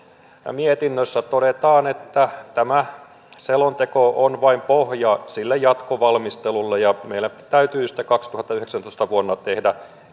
mietinnössä todetaan että tämä selonteko on vain pohja jatkovalmistelulle ja meillä täytyy vuonna kaksituhattayhdeksäntoista tehdä